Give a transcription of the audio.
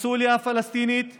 הקונסוליה הפלסטינית משולה,